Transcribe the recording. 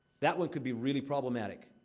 that one could be really problematic,